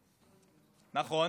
נכון,